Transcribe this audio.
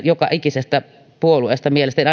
joka ikisestä puolueesta mielestäni